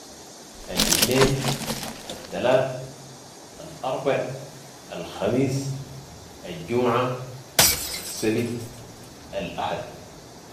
الاثنين، التلات، الأربع، الخميس، الجمعة، السبت، الأحد.